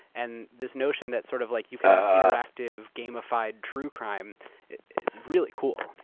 and this notion that sort of like you could have interactive gamified true-crime is really cool.